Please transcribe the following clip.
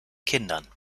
kindern